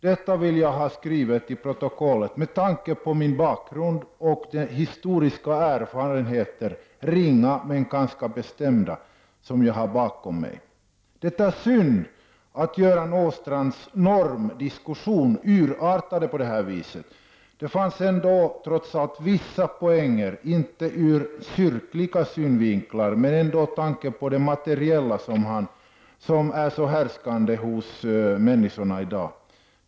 Detta vill jag ha skrivet i protokollet, med tanke på min bakgrund och den historiska erfarenhet — ringa, men ganska bestämd — som jag har bakom mig. Det är synd att Göran Åstrands normdiskussion urartat på det här viset. Det fanns trots allt vissa poänger, inte ur kyrklig synvinkel, men med tanke på det materiella, som är så förhärskande hos människorna i dag.